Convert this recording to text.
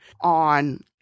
on